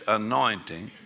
anointing